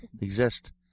exist